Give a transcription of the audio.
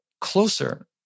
closer